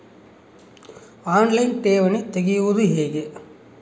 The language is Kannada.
ಆನ್ ಲೈನ್ ಠೇವಣಿ ತೆರೆಯುವುದು ಹೇಗೆ?